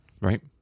right